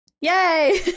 yay